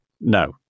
no